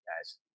guys